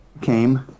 came